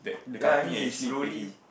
ya I mean he slowly